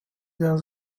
der